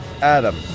Adam